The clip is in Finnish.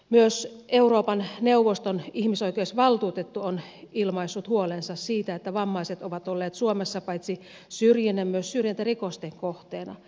myös euroopan neuvoston ihmisoikeusvaltuutettu on ilmaissut huolensa siitä että vammaiset ovat olleet suomessa paitsi syrjinnän myös syrjintärikosten kohteena